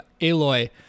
Aloy